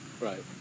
right